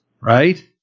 right